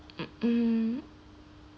mm mm